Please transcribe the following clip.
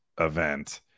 event